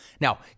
Now